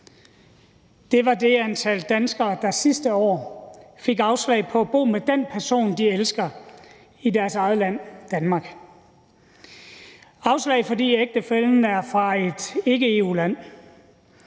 635 var det antal danskere, der sidste år fik afslag på at bo med den person, de elsker, i deres eget land, Danmark – afslag, fordi ægtefællen er fra et ikke-EU-land.